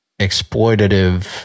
exploitative